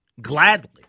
gladly